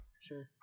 Sure